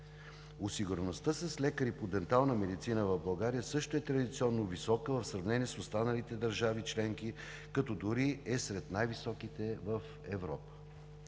Осигуреността с лекари по дентална медицина в България също е традиционно висока в сравнение с останалите държави членки, като дори е сред най-високите в Европа.